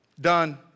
Done